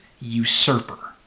usurper